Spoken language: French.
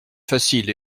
facile